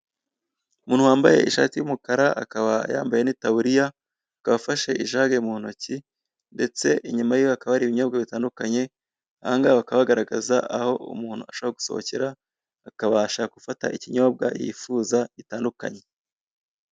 Umuntu wambaye ishati y'umukara akaba yambaye ni taburiya, akaba afashe ijage mu ntoki, ndetse inyuma yiwe hakaba hari inyobwa bitandukanye, ahangagaha bakaba bagaragaza aho umuntu ashaka gusohokera akabasha gufata ikinyobwa yifuza gitandukanye.